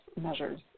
measures